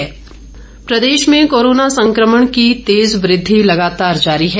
प्रदेश corona प्रदेश में corona संक्रमण की तेज वृद्धि लगातार जारी है